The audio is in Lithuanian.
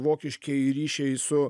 vokiškieji ryšiai su